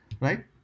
Right